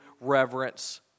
reverence